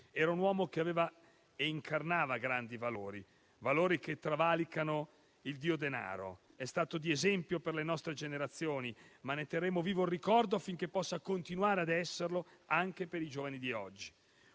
Era un uomo che aveva e incarnava grandi valori, che travalicano il Dio denaro. È stato di esempio per le nostre generazioni e ne terremo vivo il ricordo affinché possa continuare a esserlo anche per i giovani di oggi;